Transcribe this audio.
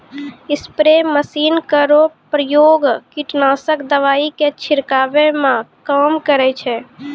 spray machine केरो प्रयोग कीटनाशक दवाई क छिड़कावै म काम करै छै